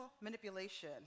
manipulation